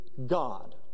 God